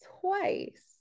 twice